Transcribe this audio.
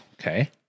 Okay